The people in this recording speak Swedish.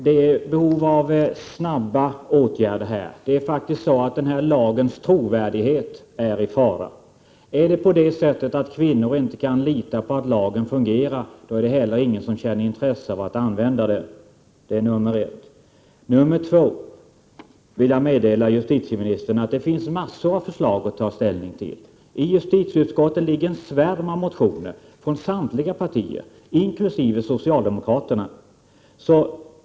Herr talman! Det behövs snabba åtgärder här. Denna lags trovärdighet är i fara. För det första, om kvinnor inte kan lita på att lagen fungerar, är det heller ingen som känner intresse av att använda den. För det andra vill jag meddela justitieministern att det finns mängder av förslag att ta ställning till. Hos justitieutskottet ligger en svärm av motioner från samtliga partier, inkl. socialdemokraterna.